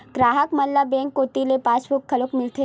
गराहक मन ल बेंक कोती ले पासबुक घलोक मिलथे